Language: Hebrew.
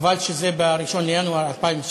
חבל שזה ב-1 בינואר 2017,